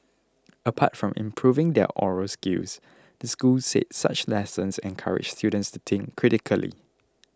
apart from improving their oral skills the school said such lessons encourage students to think critically